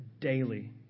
daily